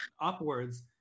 upwards